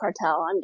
cartel